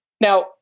Now-